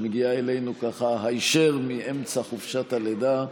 שמגיעה אלינו ככה היישר מאמצע חופשת הלידה.